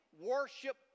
worship